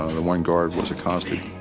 the one guard was accosted.